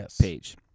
page